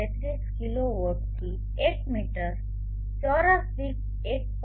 33 કિલોવોટથી એક મીટર ચોરસ દીઠ 1